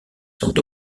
sont